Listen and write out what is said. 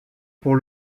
pour